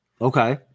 Okay